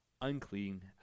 unclean